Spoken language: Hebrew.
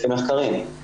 לפי מחקרים,